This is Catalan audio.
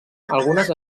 algunes